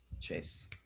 Chase